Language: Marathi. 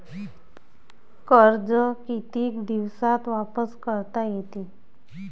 कर्ज कितीक दिवसात वापस करता येते?